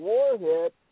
Warhit